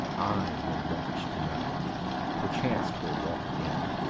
i will watch to-night perchance twill walk again.